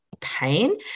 pain